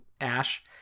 ash